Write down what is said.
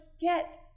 get